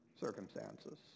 circumstances